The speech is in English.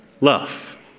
love